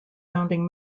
founding